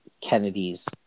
Kennedy's